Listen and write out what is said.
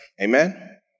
amen